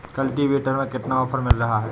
Cultivator में कितना offer मिल रहा है?